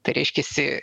tai reiškiasi